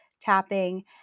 tapping